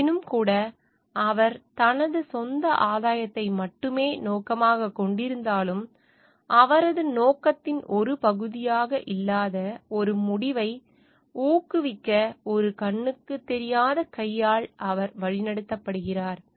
ஆயினும்கூட அவர் தனது சொந்த ஆதாயத்தை மட்டுமே நோக்கமாகக் கொண்டிருந்தாலும் அவரது நோக்கத்தின் ஒரு பகுதியாக இல்லாத ஒரு முடிவை ஊக்குவிக்க ஒரு கண்ணுக்கு தெரியாத கையால் அவர் வழிநடத்தப்படுகிறார்